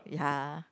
ya